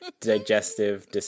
digestive